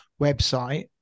website